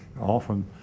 Often